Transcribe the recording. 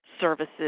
Services